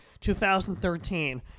2013